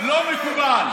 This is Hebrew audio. לא מקובל.